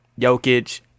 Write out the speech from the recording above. Jokic